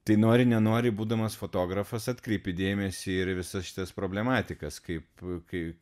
tai nori nenori būdamas fotografas atkreipi dėmesį ir į visas šitas problematikas kaip kai